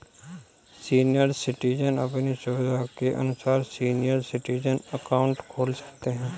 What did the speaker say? senior citizen अपनी सुविधा के अनुसार सीनियर सिटीजन अकाउंट खोल सकते है